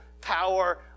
power